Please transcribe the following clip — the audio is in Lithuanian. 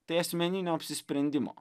tai asmeninio apsisprendimo